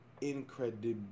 incredible